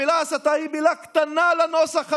המילה "הסתה" היא מילה קטנה לנוסח הזה.